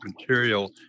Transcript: material